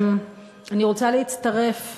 אני רוצה להצטרף,